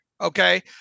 Okay